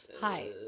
Hi